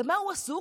במה הוא עסוק?